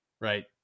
Right